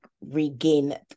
regain